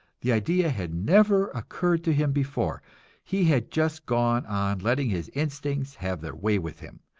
the idea had never occurred to him before he had just gone on letting his instincts have their way with him,